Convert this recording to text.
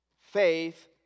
faith